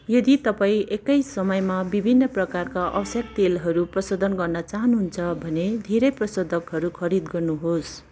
यदि तपाईँँ एकै समयमा विभिन्न प्रकारका आवश्यक तेलहरू प्रशोधन गर्न चाहनुहुन्छ भने धेरै प्रशोधकहरू खरिद गर्नुहोस्